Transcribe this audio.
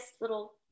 little